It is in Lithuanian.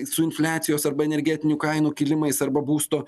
su infliacijos arba energetinių kainų kilimais arba būsto